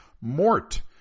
Mort